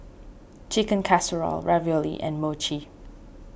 Chicken Casserole Ravioli and Mochi